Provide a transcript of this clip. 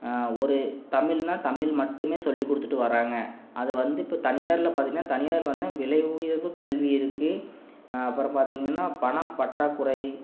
ஒரு தமிழ்னால் தமிழ் மட்டுமே சொல்லிக் கொடுத்துட்டு வரறாங்க அது வந்து இப்போ தனியார்ல பார்த்திங்கனா தனியார்ல வந்து விலை உயர்வுக் கல்வி இருக்குது அப்புறம் பார்த்திங்கன்னா பணப் பற்றாக்குறை